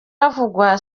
avuga